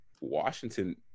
Washington